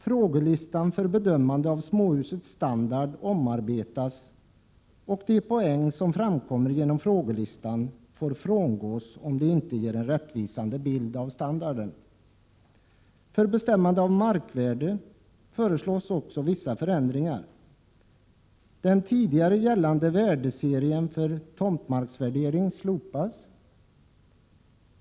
Frågelistan för bedömande av småhusets standard omarbetas, och de poäng som framkommer genom frågelistan får frångås om de inte ger en rättvisande bild av standarden. För bestämmande av markvärde föreslås också vissa förändringar. Den tidigare gällande värdeserien för tomtmarksvärdering slopas.